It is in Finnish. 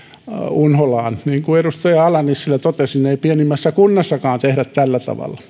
unholaan niin kuin edustaja ala nissilä totesi ei pienimmässä kunnassakaan tehdä tällä tavalla